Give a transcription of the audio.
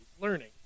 learning